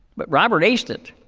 but robert aced it.